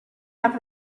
half